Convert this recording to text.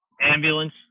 Ambulance